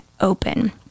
open